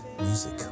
Music